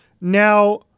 Now